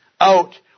out